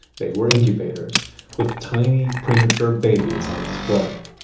they were incubators with tiny premature babies on display.